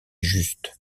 juste